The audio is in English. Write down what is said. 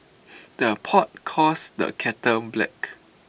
the pot calls the kettle black